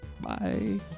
Bye